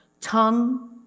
tongue